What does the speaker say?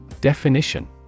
Definition